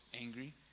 Angry